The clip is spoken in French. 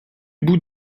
bout